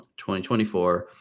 2024